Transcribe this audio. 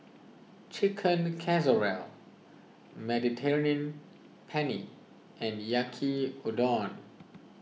Chicken Casserole Mediterranean Penne and Yaki Udon